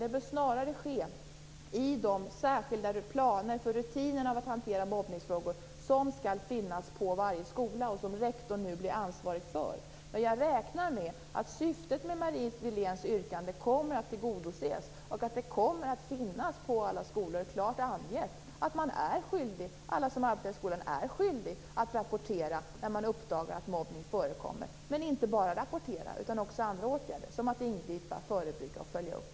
Den bör snarare göras i de särskilda planer för rutinerna för att hantera mobbningsfrågor som skall finnas på varje skola och som rektorn nu blir ansvarig för. Jag räknar med att syftet med Marie Wiléns yrkande kommer att tillgodoses och att det på alla skolor kommer att finnas klart angett att alla som arbetar i skolan är skyldiga att rapportera när man uppdagar att mobbning förekommer. Men man är inte bara skyldig att rapportera - man är också skyldig att vidta andra åtgärder som att ingripa, förebygga och följa upp.